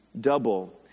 double